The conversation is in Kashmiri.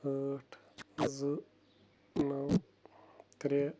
ٲٹھ زٕ نَو ترٛےٚ